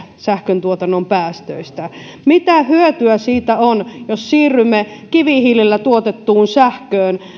sähköntuotannon päästöistä mitä hyötyä siitä on jos siirrymme kivihiilellä tuotettuun sähköön